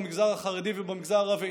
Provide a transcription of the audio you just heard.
במגזר החרדי ובמגזר הערבי,